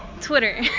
Twitter